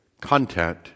content